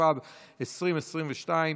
התשפ"ב 2022,